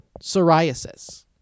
psoriasis